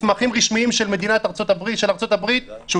מסמכים רשמיים של ארצות-הברית שהוא